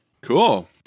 Cool